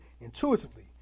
intuitively